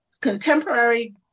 contemporary